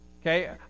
okay